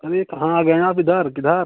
अरे कहाँ आ गए आप इधर किधर